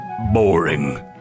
boring